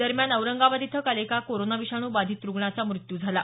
दरम्यान औरंगाबाद इथं काल एका कोरोना विषाणू बाधित रुग्णाचा मृत्यू झाला